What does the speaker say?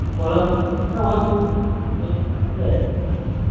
গলা উঁচু করে কথা বলছো কেন বাবু তোমার তো বেতনটা তো বাকি আছে তোমার ভাড়াটা তো বাকি আছে